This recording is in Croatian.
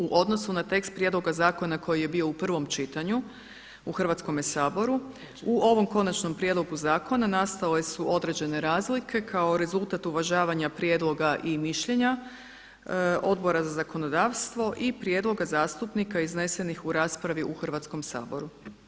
U odnosu na tekst prijedloga zakona koji je bio u prvom čitanju u Hrvatskome saboru u ovom konačnom prijedlogu zakona nastale su određene razlike kao rezultat uvažavanja prijedloga i mišljenja Odbora za zakonodavstvo i prijedloga zastupnika iznesenih u raspravi u Hrvatskom saboru.